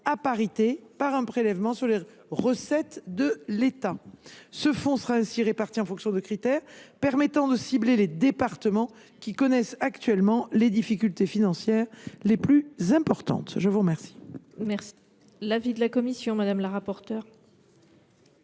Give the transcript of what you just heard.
à parité par un prélèvement sur les recettes de l’État. Ce fonds sera ainsi réparti en fonction de critères permettant de cibler les départements qui connaissent actuellement les difficultés financières les plus importantes. Quel